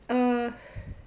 err